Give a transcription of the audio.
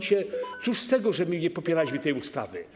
Cóż z tego, że my nie popieraliśmy tej ustawy?